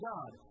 God